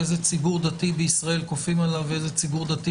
איזה ציבור דתי בישראל כופים עליו ואיזה ציבור דתי